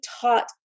taught